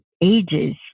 ages